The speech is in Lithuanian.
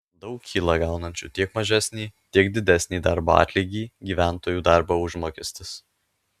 daug kyla gaunančių tiek mažesnį tiek didesnį darbo atlygį gyventojų darbo užmokestis